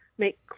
make